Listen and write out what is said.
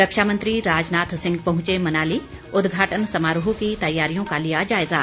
रक्षा मंत्री राजनाथ सिंह पहुंचे मनाली उदघाटन समारोह की तैयारियों का लिया जायज़ा